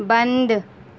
بند